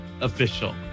official